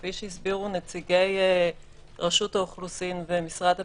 כפי שהסבירו נציגי רשות האוכלוסין ומשרד הפנים,